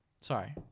Sorry